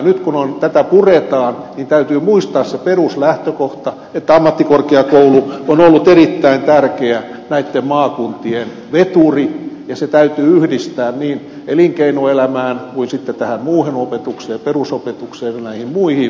nyt kun tätä puretaan täytyy muistaa se peruslähtökohta että ammattikorkeakoulu on ollut erittäin tärkeä näitten maakuntien veturi ja se täytyy yhdistää niin elinkeinoelämään kuin muuhun opetukseen perusopetukseen ja muihin